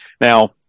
Now